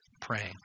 praying